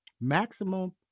maximum